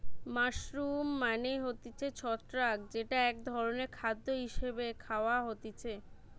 mushroom মানে হতিছে ছত্রাক যেটা এক ধরণের খাদ্য হিসেবে খায়া হতিছে